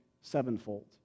sevenfold